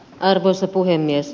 arvoisa puhemies